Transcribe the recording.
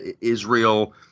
Israel